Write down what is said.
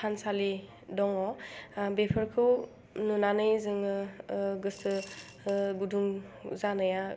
थानसालि दङ बेफोरखौ नुनानै जोङो गोसो गुदुं जानाया